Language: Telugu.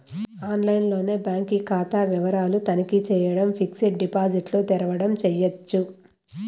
ఆన్లైన్లోనే బాంకీ కాతా వివరాలు తనఖీ చేయడం, ఫిక్సిడ్ డిపాజిట్ల తెరవడం చేయచ్చు